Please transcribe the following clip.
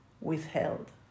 withheld